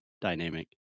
dynamic